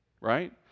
right